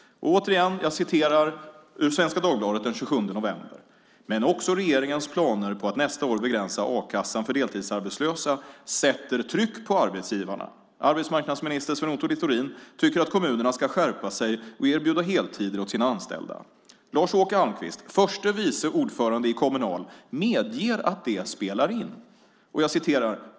Jag citerar återigen från Svenska Dagbladet den 27 november: "Men också regeringens planer att nästa år begränsa a-kassan för deltidsarbetslösa sätter tryck på arbetsgivarna. Arbetsmarknadsminister Sven Otto Littorin tycker att kommunerna ska skärpa sig och erbjuda heltider åt sina anställda. Lars-Åke Almqvist, förste vice ordförande i Kommunal, medger att det spelar in.